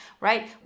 right